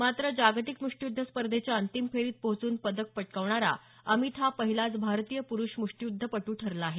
मात्र जागतिक मृष्टियुद्ध स्पर्धेच्या अंतिम फेरीत पोहोचून पदक पटकावणारा अमित हा पहिलाच भारतीय पुरुष मुष्टियुद्धपटू ठरला आहे